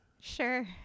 Sure